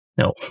No